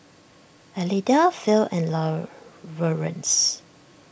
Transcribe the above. Elida Phil and Lawerence